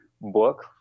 book